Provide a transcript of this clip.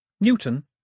Newton